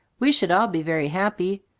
we should all be very happy.